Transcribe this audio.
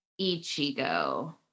Ichigo